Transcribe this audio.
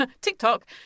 tiktok